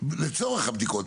לצורך הבדיקות.